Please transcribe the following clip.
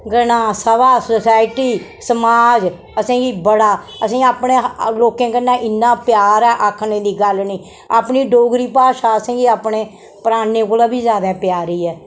ग्रां सभा सोसाईटी समाज असें गी बड़ा असें ई अपने लोकें कन्नै इन्ना प्यार ऐ आखने दी गल्ल निं अपनी डोगरी भाशा असें गी अपने प्राणें कोला बी जैदा प्यारी ऐ